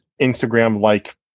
Instagram-like